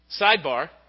Sidebar